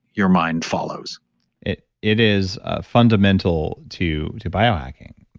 your mind follows it it is fundamental to to biohacking.